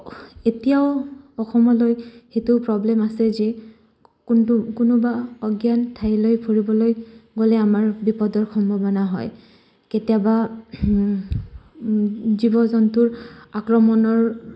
এতিয়াও অসমলৈ সেইটো প্ৰব্লেম আছে যে কোনোবা অজ্ঞান ঠাইলৈ ফুৰিবলৈ গ'লে আমাৰ বিপদৰ সম্ভাৱনা হয় কেতিয়াবা জীৱ জন্তুৰ আক্ৰমণৰ